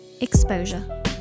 Exposure